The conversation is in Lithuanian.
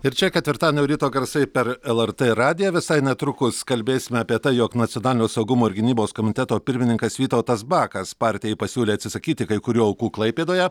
ir čia ketvirtadienio ryto garsai per lrt radiją visai netrukus kalbėsim apie tai jog nacionalinio saugumo ir gynybos komiteto pirmininkas vytautas bakas partijai pasiūlė atsisakyti kai kurių aukų klaipėdoje